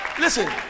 Listen